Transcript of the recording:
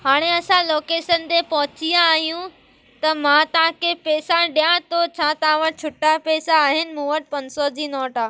हाणे असां लोकेसन ते पहुची विया आहियूं त मां तव्हांखे पैसा ॾियां थो छा तव्हां वटि छुटा पैसा आहिनि मूं वटि पंज सौ जी नोट आहे